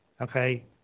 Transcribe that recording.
okay